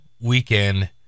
weekend